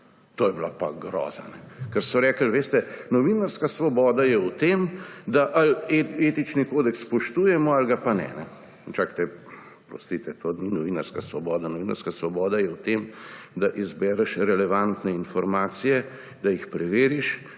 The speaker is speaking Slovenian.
To je bila pa groza. Ker so rekli: »Veste, novinarska svoboda je v tem, da etični kodeks spoštujemo ali ga pa ne.« Čakajte, oprostite, to ni novinarska svoboda. Novinarska svoboda je v tem, da izbereš relevantne informacije, da jih preveriš